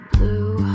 Blue